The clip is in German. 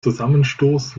zusammenstoß